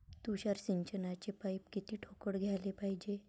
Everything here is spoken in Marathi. तुषार सिंचनाचे पाइप किती ठोकळ घ्याले पायजे?